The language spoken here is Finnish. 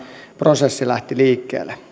prosessi lähti liikkeelle